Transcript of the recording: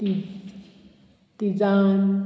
तिजान